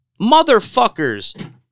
motherfuckers